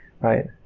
right